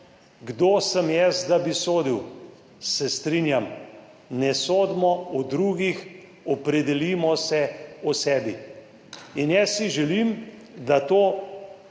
kdo sem jaz, da bi sodil. Se strinjam, ne sodimo o drugih, opredelimo se o sebi. In jaz si želim, da to